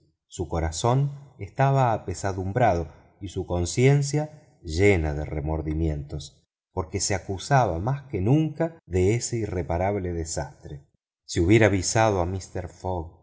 su corazón estaba apesadumbrado y su conciencia llena de remordimientos porque se acusaba más que nunca de ese irreparable desastre si hubiera avisado a mister fogg